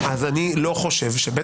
מה אתה עושה עם כל ההוראות שבתקנון?